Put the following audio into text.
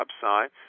upside